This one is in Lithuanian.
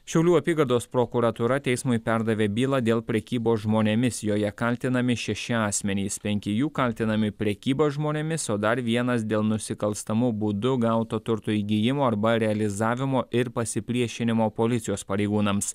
šiaulių apygardos prokuratūra teismui perdavė bylą dėl prekybos žmonėmis joje kaltinami šeši asmenys penki jų kaltinami prekyba žmonėmis o dar vienas dėl nusikalstamu būdu gauto turto įgijimo arba realizavimo ir pasipriešinimo policijos pareigūnams